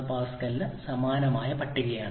2 MPa ന് സമാനമായ ഈ പ്രത്യേക പട്ടികയാണ്